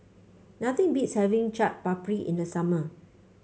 nothing beats having Chaat Papri in the summer